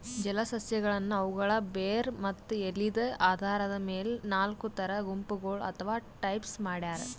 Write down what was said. ಜಲಸಸ್ಯಗಳನ್ನ್ ಅವುಗಳ್ ಬೇರ್ ಮತ್ತ್ ಎಲಿದ್ ಆಧಾರದ್ ಮೆಲ್ ನಾಲ್ಕ್ ಥರಾ ಗುಂಪಗೋಳ್ ಅಥವಾ ಟೈಪ್ಸ್ ಮಾಡ್ಯಾರ